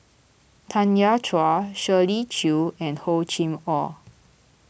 Tanya Chua Shirley Chew and Hor Chim or